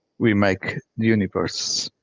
we make universe.